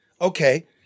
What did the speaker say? Okay